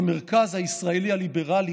המרכז הישראלי הליברלי